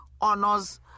honors